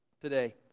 today